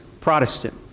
Protestant